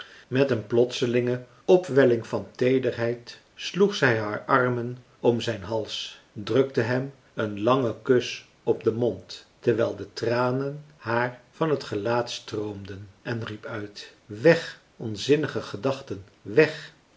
met een plotselinge opwelling van teederheid sloeg zij haar armen om zijn hals drukte hem een langen kus op den mond terwijl de tranen haar van het gelaat stroomden en riep uit weg onzinnige gedachten weg